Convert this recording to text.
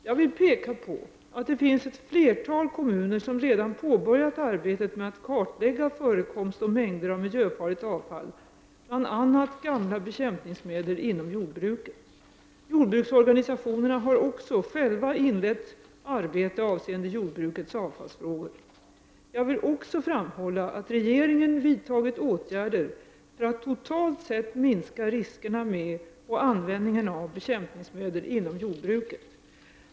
Jag vill peka på att det finns ett flertal kommuner som redan påbörjat arbetet med att kartlägga förekomst och mängder av miljöfarligt avfall, bl.a. gamla bekämpningsmedel inom jordbruket. Jordbruksorganisationerna har också själva inlett arbete avseende jordbrukets avfallsfrågor. Jag vill också framhålla att regeringen vidtagit åtgärder för att totalt sett minska riskerna med och användningen av bekämpningsmedel inom jordbruket.